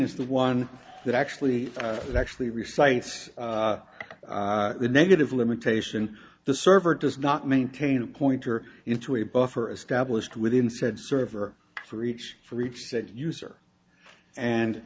is the one that actually actually recites the negative limitation the server does not maintain a pointer into a buffer established within said server for each for each set user and